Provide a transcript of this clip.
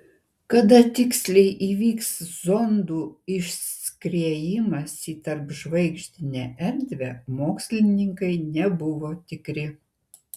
kada tiksliai įvyks zondų išskriejimas į tarpžvaigždinę erdvę mokslininkai nebuvo tikri